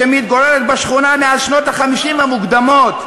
שמתגוררת בשכונה מאז שנות ה-50 המוקדמות,